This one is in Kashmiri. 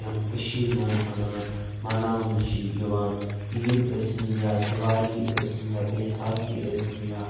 یم کٔشیٖرِ منٛز مناو مناونہٕ چھِ یوان عیٖد ٲسِنۍ یا دِوالی ٲسِنۍ یا بیساکھی ٲسِنۍ یا